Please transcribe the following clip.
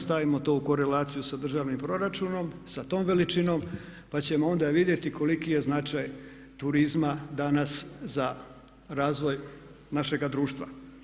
Stavimo to u korelaciju sa državnim proračunom sa tom veličinom, pa ćemo onda vidjeti koliki je značaj turizma danas za razvoj našega društva.